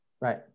Right